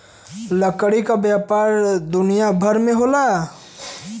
लकड़ी क व्यापार दुनिया भर में होला